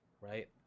right